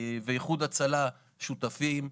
ואיחוד הצלה שותפים.